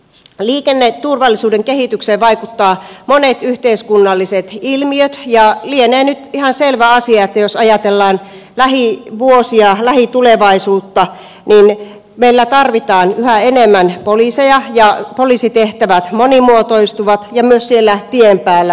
liikenneturvallisuuden kehitykseen vaikuttavat monet yhteiskunnalliset ilmiöt ja lienee nyt ihan selvä asia että jos ajatellaan lähivuosia lähitulevaisuutta niin meillä tarvitaan yhä enemmän poliiseja ja poliisitehtävät monimuotoistuvat myös siellä tien päällä